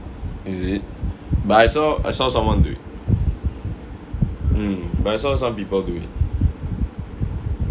is it but I saw I saw someone do it mm but I saw some people do it